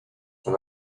son